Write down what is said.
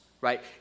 right